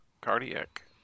cardiac